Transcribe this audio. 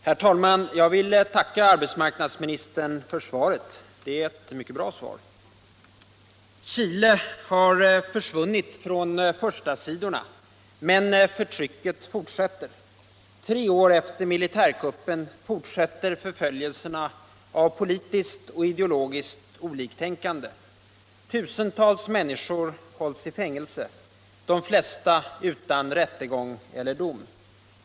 Herr talman! Jag vill tacka arbetsmarknadsministern för svaret. Det är ett mycket bra svar. Chile har försvunnit från förstasidorna. Men förtrycket fortsätter. Tre år efter militärkuppen fortsätter förföljelserna av politiskt och ideologiskt oliktänkande. Tusentals människor hålls i fängelse, de flesta utan rättegång eller dom.